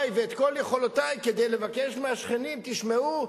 ואת כל יכולתי כדי לבקש מהשכנים: תשמעו,